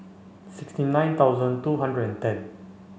sixty nine thousand two hundred and ten